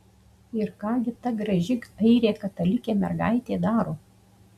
ir ką gi ta graži airė katalikė mergaitė daro